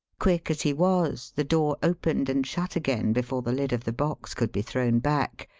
quick as he was, the door opened and shut again before the lid of the box could be thrown back,